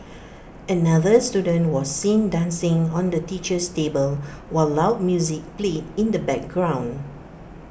another student was seen dancing on the teacher's table while loud music played in the background